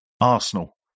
Arsenal